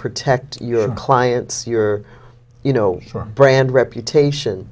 protect your clients your you know for brand reputation